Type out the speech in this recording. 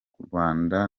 rwanda